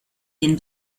den